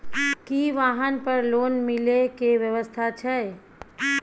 की वाहन पर लोन मिले के व्यवस्था छै?